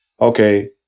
okay